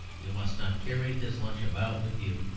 you must not carry his lunch about with you.